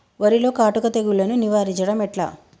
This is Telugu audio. వరిలో కాటుక తెగుళ్లను నివారించడం ఎట్లా?